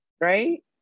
right